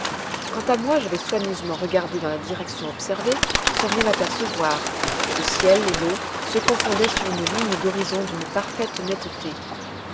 quant à moi j'avais soigneusement regardé dans la direction observée sans rien apercevoir le ciel et l'eau se confondaient sur une ligne d'horizon d'une parfaite netteté